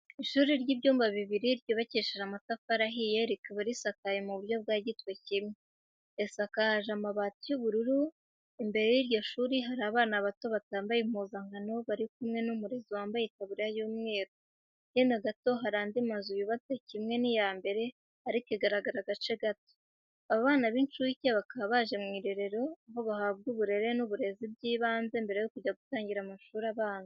Ishuri ry'ibyumba bibiri, ryubakishije amatafari ahiye rikaba risakaye ku buryo bwa gitwekimwe, risakaje amabati y'ubururu. Imbere y'iryo shuri hari abana bato batambaye impuzankano, bari kumwe n'umurezi wambaye itaburiya y'umweru. Hino gato hari indi nzu yubatse kimwe n'iya mbere, ariko igaragara agace gato. Aba bana b'incuke bakaba baje mu irerero, aho bahabwa uburere n'uburezi by'ibanze mbere yo kujya gutangira amashuri abanza.